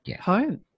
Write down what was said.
home